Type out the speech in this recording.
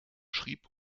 schrieb